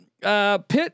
Pitt